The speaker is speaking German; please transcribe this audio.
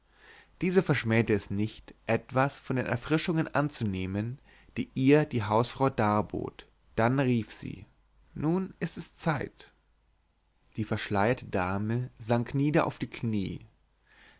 diese verschmähte es nicht etwas von den erfrischungen anzunehmen die ihr die hausfrau darbot dann rief sie nun ist es zeit die verschleierte dame sank nieder auf die knie